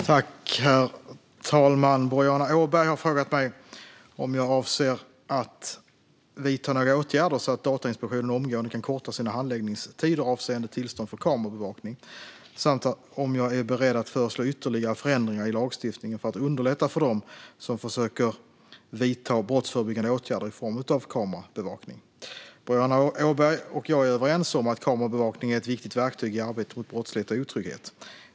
Herr talman! Boriana Åberg har frågat mig om jag avser att vidta några åtgärder så att Datainspektionen omgående kan korta sina handläggningstider avseende tillstånd för kamerabevakning, samt om jag är beredd att föreslå ytterligare förändringar i lagstiftningen för att underlätta för dem som försöker vidta brottsförebyggande åtgärder i form av kamerabevakning. Boriana Åberg och jag är överens om att kamerabevakning är ett viktigt verktyg i arbetet mot brottslighet och otrygghet.